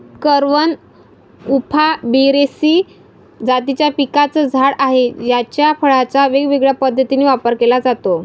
करवंद उफॉर्बियेसी जातीच्या पिकाचं झाड आहे, याच्या फळांचा वेगवेगळ्या पद्धतीने वापर केला जातो